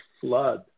flood